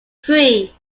three